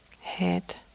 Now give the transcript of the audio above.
Head